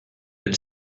elle